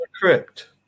Crypt